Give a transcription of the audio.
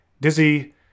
Dizzy